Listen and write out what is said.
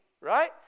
right